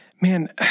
man